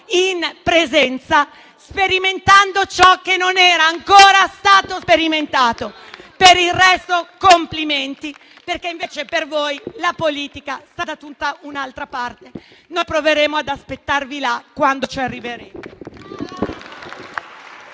in presenza, sperimentando ciò che non era ancora stato sperimentato. Per il resto, complimenti, perché invece per voi la politica sta da tutta un'altra parte. Noi proveremo ad aspettarvi là quando ci arriveremo.